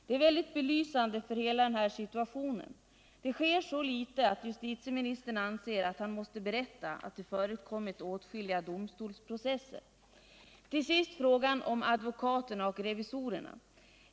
Det är väldigt belysande för hela situationen. Det sker så litet att justitieministern anser att han måste berätta att det förekommit åtskilliga domstolsprocesser. Till sist frågan om advokaterna och revisorerna.